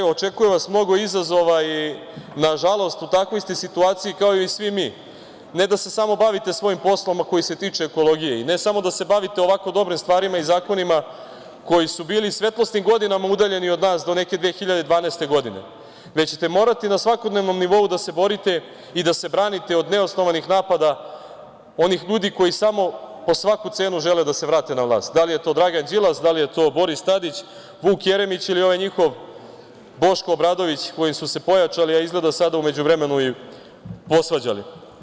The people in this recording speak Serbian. Očekuje vas mnogo izazova, nažalost, u takvoj ste situaciji kao i svi mi, ne da se samo bavite svojim poslom koji se tiče ekologije i ne samo da se bavite ovako dobrim stvarima i zakonima koji su bili svetlosnim godinama udaljeni od nas do neke 2012. godine, već ćete morati na svakodnevnom nivou da se borite i da se branite od neosnovanih napada onih ljudi koji po svaku cenu žele da se vrate na vlast, da li je to Dragan Đilas, da li je to Boris Tadić, Vuk Jeremić ili ovaj njihov Boško Obradović, kojim su se pojačali, izgleda sada u međuvremenu posvađali.